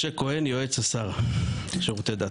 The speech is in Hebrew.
משה כהן, יועץ השר לשירותי דת.